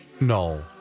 No